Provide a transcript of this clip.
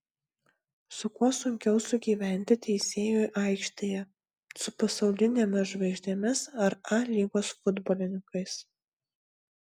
su kuo sunkiau sugyventi teisėjui aikštėje su pasaulinėmis žvaigždėmis ar a lygos futbolininkais